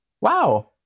wow